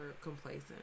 complacent